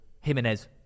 Jimenez